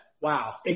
wow